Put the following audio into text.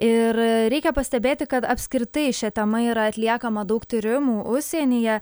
ir reikia pastebėti kad apskritai šia tema yra atliekama daug tyrimų užsienyje